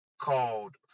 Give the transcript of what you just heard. called